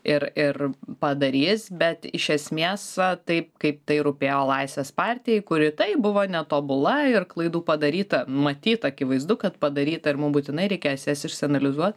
ir ir padarys bet iš esmės taip kaip tai rūpėjo laisvės partijai kuri taip buvo netobula ir klaidų padaryta matyt akivaizdu kad padaryta ir mum būtinai reikės jas išsianalizuot